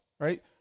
Right